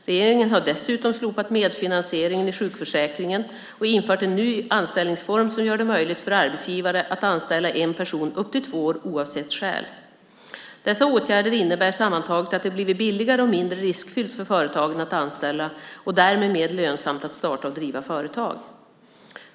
Regeringen har dessutom slopat medfinansieringen i sjukförsäkringen och infört en ny anställningsform som gör det möjligt för arbetsgivare att anställa en person upp till två år oavsett skäl. Dessa åtgärder innebär sammantaget att det har blivit billigare och mindre riskfyllt för företagen att anställa och därmed mer lönsamt att starta och driva företag.